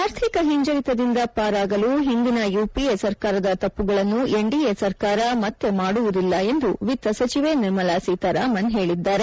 ಆರ್ಥಿಕ ಹಿಂಜರಿತದಿಂದ ಪಾರಾಗಲು ಹಿಂದಿನ ಯುಪಿಎ ಸರ್ಕಾರದ ತಪ್ಪುಗಳನ್ನು ಎನ್ಡಿಎ ಸರ್ಕಾರ ಮತ್ತೆ ಮಾಡುವುದಿಲ್ಲ ಎಂದು ವಿತ್ತ ಸಚಿವೆ ನಿರ್ಮಲಾ ಸೀತಾರಾಮನ್ ತಿಳಿಸಿದ್ದಾರೆ